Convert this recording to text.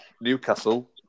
Newcastle